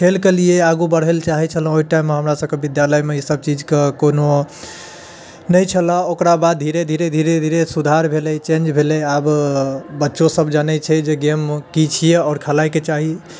खेलके लिए आगू बढ़ैलऽ चाहैत छलहुँ हँ ओहि टाइममे हमरा सभकऽ बिद्यालयमे ई सभचीज कऽ कोनो नहि छलऽ ओकरा बाद धीरे धीरे धीरे धीरे सुधार भेलै चेन्ज भेलै आब बच्चो सभ जनैत छै जे गेममे की छियै आओर खेलाइके चाही